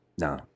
No